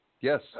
Yes